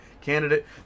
candidate